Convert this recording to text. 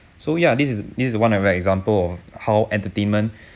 so ya this is this is one of the example of how entertainment